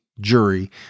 Jury